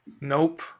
nope